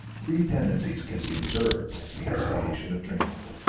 three tendencies can be observed in the estimation of dreams.